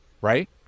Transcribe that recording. Right